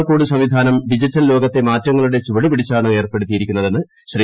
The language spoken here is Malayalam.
ക്യോപ്സ് സംവിധാനം ഡിജിറ്റൽ ലോകത്തെ മാറ്റങ്ങളുടെ ചുവടുപിടിച്ചാണ് ഏർപ്പെടുത്തിയിരിക്കുന്നതെന്ന് ശ്രീ